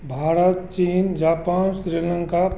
भारत चीन जापान श्रीलंका